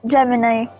Gemini